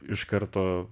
iš karto